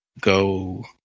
go